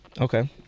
Okay